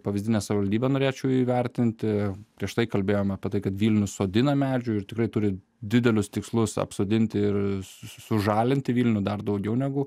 pavyzdinę savivaldybę norėčiau įvertinti prieš tai kalbėjom apie tai kad vilnius sodina medžių ir tikrai turi didelius tikslus apsodinti ir sužalinti vilnių dar daugiau negu